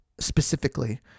specifically